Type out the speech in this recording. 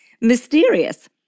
mysterious